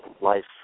life